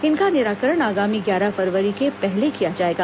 इनका निराकरण आगामी ग्यारह फरवरी के पहले किया जाएगा